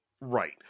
Right